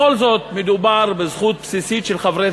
בכל זאת מדובר בזכות בסיסית של חברי